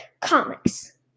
comics